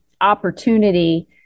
opportunity